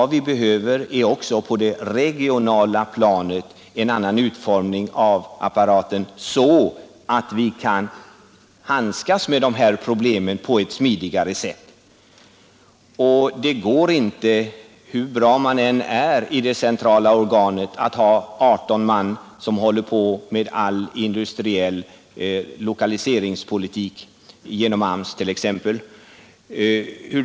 Det behövs också på det regionala planet en annan utformning av apparaten, så att vi kan handskas med problemen på ett smidigare sätt. Det går inte, hur bra man än är i det centrala organet, att ha 18 man som håller på med all industriell lokaliseringspolitik, genom AMS t.ex.